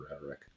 rhetoric